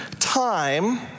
time